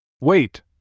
Wait